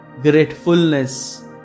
gratefulness